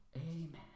amen